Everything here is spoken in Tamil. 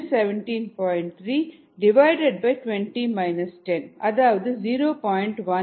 19 milli mole per minute milli mole minute ஆகும்